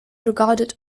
regarded